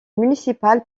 municipal